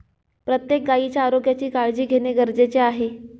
प्रत्येक गायीच्या आरोग्याची काळजी घेणे गरजेचे आहे